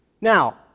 Now